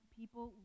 people